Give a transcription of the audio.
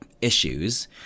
issues